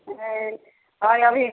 हइ हइ अभी